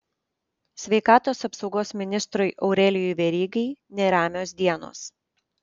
sveikatos apsaugos ministrui aurelijui verygai neramios dienos